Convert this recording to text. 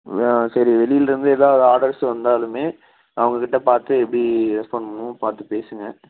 வா சரி வெளியிலிருந்து ஏதாவது ஆர்டர்ஸ் வந்தாலுமே அவங்க கிட்ட பார்த்து எப்படி ரெஸ்பாண்ட் பண்ணுமோ பார்த்து பேசுங்கள்